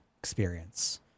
experience